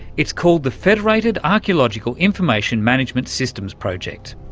it's called the federated archaeological information management systems project.